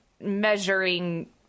measuring